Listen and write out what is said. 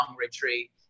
retreat